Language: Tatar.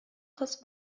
кыз